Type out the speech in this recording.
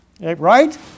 Right